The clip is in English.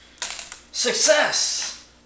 Success